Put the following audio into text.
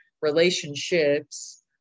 relationships